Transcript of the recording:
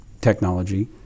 technology